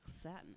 satin